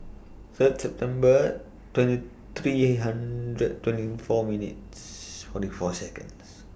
Third September twenty three hundred twenty four minutes forty four Seconds